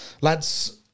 Lads